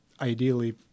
ideally